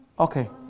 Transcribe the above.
Okay